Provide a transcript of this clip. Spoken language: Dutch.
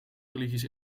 religies